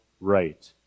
right